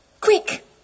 quick